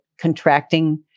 contracting